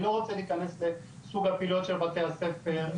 אני לא רוצה להיכנס לסוג הפעילויות של בתי הספר,